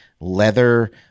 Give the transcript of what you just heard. leather